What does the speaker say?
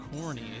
corny